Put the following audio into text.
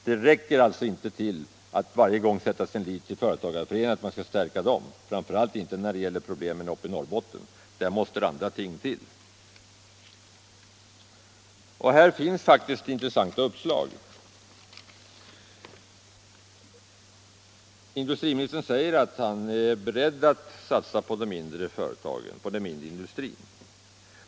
Det räcker alltså inte att bara stärka företagareföreningarna och att varje gång sätta sin lit till företagareföreningarna, framför allt inte när det gäller att lösa problemen uppe i Norrbotten. Där måste det andra ting till, och här finns det faktiskt en del intressanta uppslag. Industriministern säger att han är beredd att satsa på de mindre och medelstora företagen och på den mindre industrin.